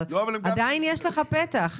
אבל עדיין יש לך פתח לתקנות.